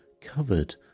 covered